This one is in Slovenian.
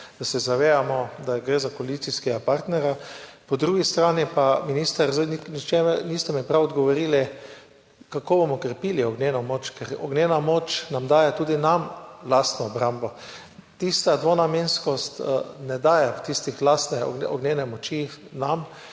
da se zavedamo, da gre za koalicijskega partnerja. Po drugi strani pa, minister, niste mi zares odgovorili, kako bomo krepili ognjeno moč. Ker ognjena moč daje tudi nam lastno obrambo. Dvonamenskost ne daje lastne ognjene moči nam,